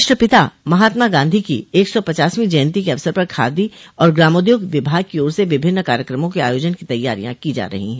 राष्ट्रपिता महात्मा गांधी की एक सौ पचासवीं जयंती के अवसर पर खादी और ग्रामोद्योग विभाग की ओर से विभिन्न कार्यकमों के आयोजन की तैयारियां की जा रही हैं